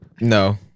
No